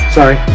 Sorry